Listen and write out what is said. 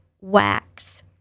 wax